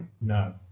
No